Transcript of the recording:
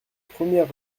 premières